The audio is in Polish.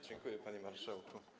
Dziękuję, panie marszałku.